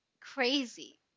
crazy